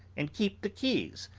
and keep the keys.